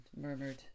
murmured